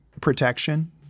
protection—